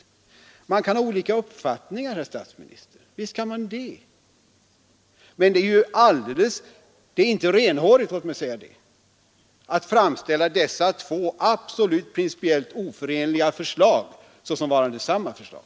Visst kan man ha olika uppfattningar, herr statsminister, men det är inte renhårigt att framställa dessa två absolut principiellt oförenliga förslag såsom varande samma förslag.